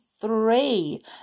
three